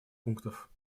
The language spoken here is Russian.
пунктов